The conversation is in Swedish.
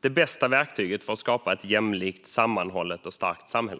det bästa verktyget för att skapa ett jämlikt, sammanhållet och starkt samhälle.